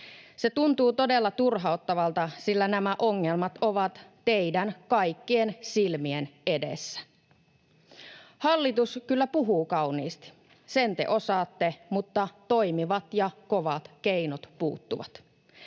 Se tuntuu todella turhauttavalta, sillä nämä ongelmat ovat teidän kaikkien silmien edessä. Hallitus kyllä puhuu kauniisti. Sen te osaatte, mutta toimivat ja kovat keinot puuttuvat.